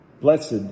Blessed